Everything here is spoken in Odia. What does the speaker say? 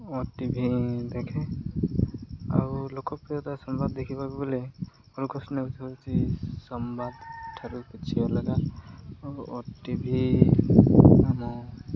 ଓଟିଭି ଦେଖେ ଆଉ ଲୋକପ୍ରିୟତା ସମ୍ବାଦ ଦେଖିବାକୁ ଗଲେ ଅର୍ଗସ ନ୍ୟୁଜ ହଉଛି ସମ୍ବାଦଠାରୁ କିଛି ଅଲଗା ଓଟିଭି ଆମ